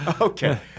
Okay